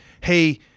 hey